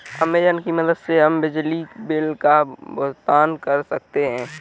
Amazon Pay की मदद से हम बिजली बिल का भुगतान कर सकते हैं